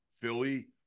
Philly